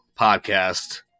podcast